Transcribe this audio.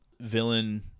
villain